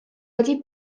wedi